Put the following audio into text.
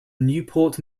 newport